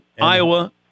Iowa